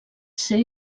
ser